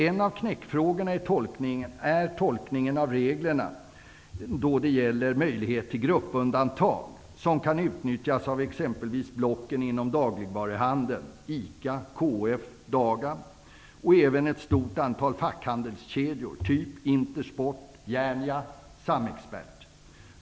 En av knäckfrågorna är tolkningen av reglerna när det gäller möjlighet till gruppundantag, som kan utnyttjas av exempelvis blocken inom dagligvaruhandeln -- ICA, KF, Dagab och även ett stort antal fackhandelskedjor, t.ex. Intersport, Järnia och Samexpert.